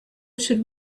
should